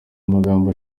amagambo